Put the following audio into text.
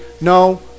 no